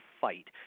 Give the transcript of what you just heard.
fight